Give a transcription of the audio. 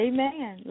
Amen